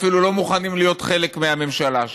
אפילו לא מוכנים להיות חלק מהממשלה שלה.